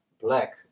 Black